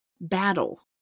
battle